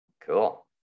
cool